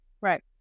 Right